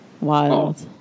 Wild